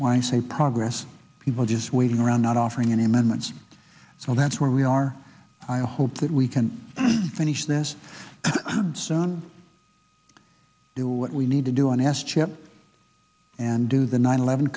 i say progress people just waiting around not offering any amendments so that's where we are i hope that we can finish this soon do what we need to do on s chip and do the nine eleven